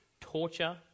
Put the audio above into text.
torture